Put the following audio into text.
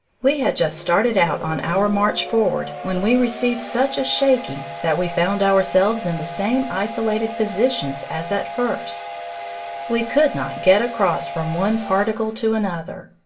we had just started out on our march forward when we received such a shaking that we found ourselves in the same isolated positions as at first we could not get across from one particle to another.